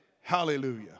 Hallelujah